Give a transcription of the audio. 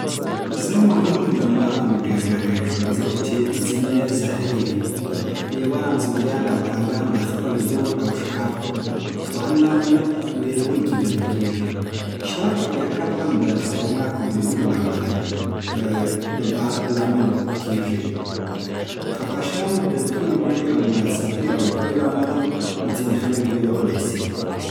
زه معمولاً له مارانو ډېر ډارېږم، ځکه چې ځینې یې زهري وي. لېوان، زمریان او پړانګان د خپل زور او ښکار توان له امله وېروونکي ګڼل کېږي. شارک یا کب‌ هم د خطرناکو بریدونو له امله د ډار لامل کېږي. خفاشان د تورې بڼې او ناڅاپي الوتلو له امله ځینې خلک وېرولي سي.